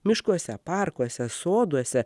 miškuose parkuose soduose